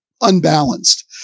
unbalanced